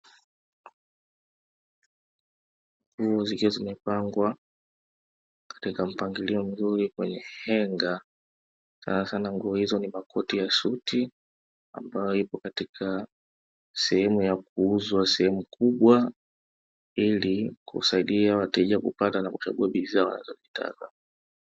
Nguo zikiwa zimepangwa katika mpangilio mzuri kwenye henga, sanasana nguo hizo ni makoti ya suti; ambayo ipo katika sehemu ya kuuzwa sehemu kubwa ili kusaidia wateja kupata na kuchagua bidhaa wanazozitaka.